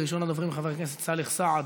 ראשון הדוברים, חבר הכנסת סאלח סעד,